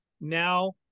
now